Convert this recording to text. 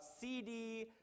CD